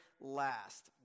last